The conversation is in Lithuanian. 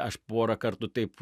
aš porą kartų taip